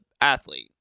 athlete